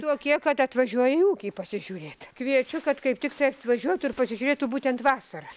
tokie kad atvažiuoja į ūkį pasižiūrėt kviečiu kad kaip tiktai atvažiuotų ir pasižiūrėtų būtent vasarą